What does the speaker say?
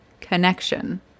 connection